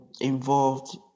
involved